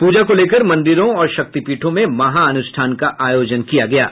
पूजा को लेकर मंदिरों और शक्तिपीठों में महाअनुष्ठान का आयोजन किया गया है